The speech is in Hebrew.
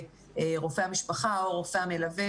שרופא המשפחה או הרופא המלווה,